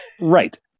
Right